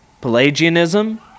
Pelagianism